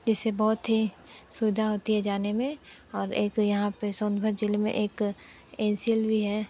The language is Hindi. जिससे बहुत ही सुविधा होती है जाने में और एक यहाँ पे सोनभद्र जिले में एक एन सी एल भी है